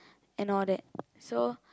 and all that so